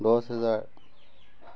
দহ হেজাৰ